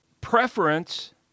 Preference